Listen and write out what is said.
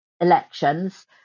elections